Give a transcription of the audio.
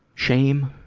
shame?